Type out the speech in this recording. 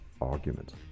argument